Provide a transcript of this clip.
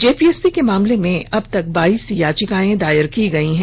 JPSC के मामले में अब तक बाइस याचिकाएं दायर की गयी हैं